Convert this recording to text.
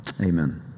Amen